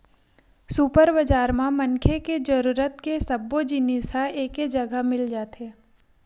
super बजार म मनखे के जरूरत के सब्बो जिनिस ह एके जघा म मिल जाथे